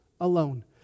alone